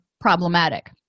problematic